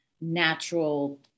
natural